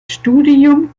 studium